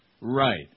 Right